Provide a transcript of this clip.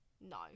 no